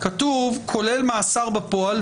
כתוב "כולל מאסר בפועל,